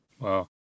Wow